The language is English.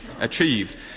achieved